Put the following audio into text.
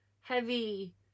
heavy